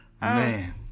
Man